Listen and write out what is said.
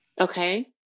Okay